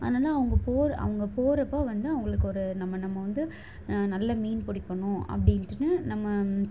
அதனால் அவங்க போகிற அவங்க போகிறப்ப வந்து அவங்களுக்கு ஒரு நம்ம நம்ம வந்து நல்லா மீன் பிடிக்கணும் அப்படின்ட்டுன்னு நம்ம